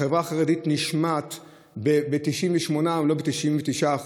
החברה החרדית נשמעת להוראות ב-98% אם לא ב-99%